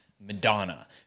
Madonna